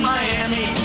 Miami